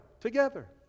together